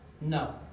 no